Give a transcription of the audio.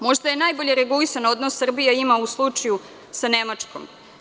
Možda i najbolje regulisan odnos Srbija ima u slučaju sa Nemačkom.